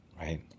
right